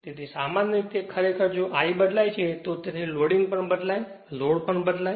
તેથી સામાન્ય રીતે તે ખરેખર જો I બદલાય છે તો તેથી લોડિંગ પણ બદલાય છે લોડ પણ બદલાય છે